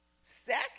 Second